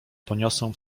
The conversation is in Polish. poniosę